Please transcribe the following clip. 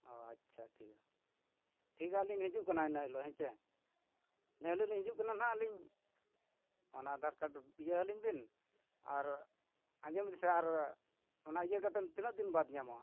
ᱚ ᱟᱪᱷᱟ ᱴᱷᱤᱠᱟ ᱴᱷᱤᱠᱟ ᱟᱹᱞᱤᱧ ᱦᱤᱡᱩᱜ ᱠᱟᱱᱟ ᱤᱱᱟᱹ ᱦᱤᱞᱳᱜ ᱦᱮᱸᱥᱮ ᱤᱱᱟᱹ ᱦᱤᱞᱳᱜ ᱞᱤᱧ ᱦᱤᱡᱩᱜ ᱠᱟᱱᱟ ᱱᱟᱜ ᱟᱹᱞᱤᱧ ᱚᱱᱟ ᱟᱫᱷᱟᱨ ᱠᱟᱨᱰ ᱤᱭᱟᱹ ᱟᱹᱞᱤᱧ ᱵᱤᱱ ᱟᱨ ᱟᱸᱡᱚᱢ ᱵᱤᱱ ᱥᱮ ᱟᱨ ᱚᱱᱟ ᱤᱭᱟᱹ ᱠᱟᱛᱮᱫ ᱛᱤᱱᱟᱹᱜ ᱫᱤᱱ ᱵᱟᱫᱽ ᱧᱟᱢᱚᱜᱼᱟ